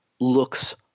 looks